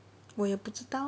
我也不知道